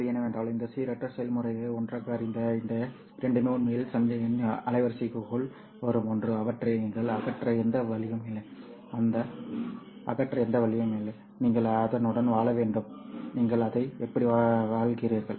புள்ளி என்னவென்றால் இந்த சீரற்ற செயல்முறையை ஒன்றாக அறிந்த இந்த இரண்டுமே உண்மையில் சமிக்ஞையின் அலைவரிசைக்குள் வரும் ஒன்று அவற்றை நீங்கள் அகற்ற எந்த வழியும் இல்லை அதை அகற்ற எந்த வழியும் இல்லை நீங்கள் அதனுடன் வாழ வேண்டும் சரி நீங்கள் அதை எப்படி வாழ்கிறீர்கள்